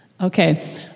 Okay